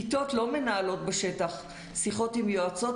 כיתות לא מנהלות בשטח שיחות עם יועצות,